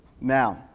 Now